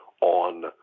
on